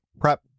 Prep